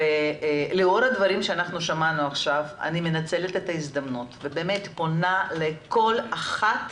לאור הדברים ששמענו עכשיו אני מנצלת את ההזדמנות ופונה לכל אחת